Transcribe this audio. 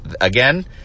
again